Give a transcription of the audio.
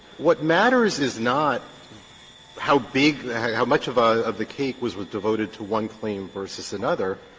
what matters is not how big how much of ah of the cake was was devoted to one claim versus another.